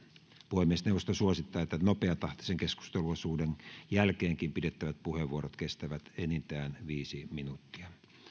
puhemiesneuvosto suosittaa että nopeatahtisen keskusteluosuuden jälkeenkin pidettävät puheenvuorot kestävät enintään viisi minuuttia